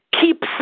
keep